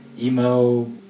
emo